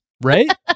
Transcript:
Right